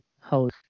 house